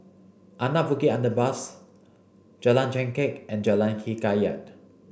Anak Bukit Underpass Jalan Chengkek and Jalan Hikayat